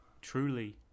truly